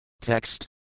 Text